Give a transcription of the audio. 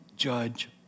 judge